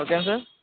okay నా sir